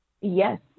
Yes